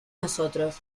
nosotros